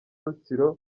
rutsiro